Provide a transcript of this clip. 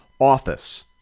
office